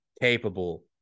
capable